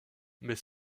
mais